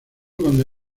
conde